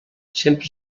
sempre